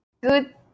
Good